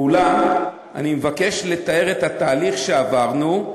אולם אני מבקש לתאר את התהליך שעברנו,